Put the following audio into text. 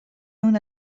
known